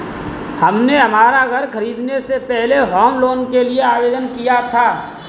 हमने हमारा घर खरीदने से पहले होम लोन के लिए आवेदन किया था